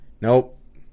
nope